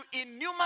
innumerable